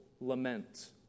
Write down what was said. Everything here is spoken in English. lament